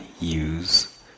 use